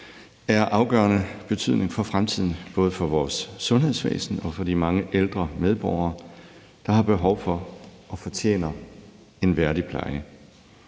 af afgørende betydning for fremtiden, både for vores sundhedsvæsen og for de mange ældre medborgere, der har behov for og fortjener en værdig pleje.